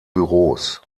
büros